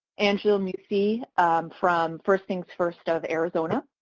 angela mussi from first things first of arizona.